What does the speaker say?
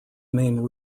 main